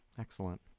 Excellent